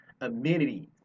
Amenities